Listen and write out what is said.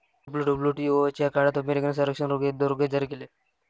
WWTO च्या काळात अमेरिकेने संरक्षण रोखे, युद्ध रोखे जारी केले